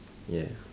yeah